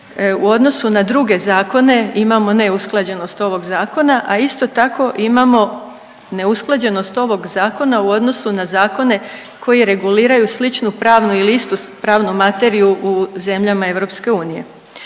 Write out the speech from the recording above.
U odnosu na druge zakone imamo neusklađenost ovog Zakona, a isto tako imamo neusklađenost ovog Zakona u odnosu na zakone koji reguliraju sličnu pravnu ili istu pravnu materiju u zemljama EU.